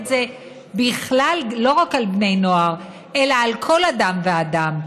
זה לא רק על בני נוער אלא על כל אדם ואדם.